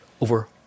over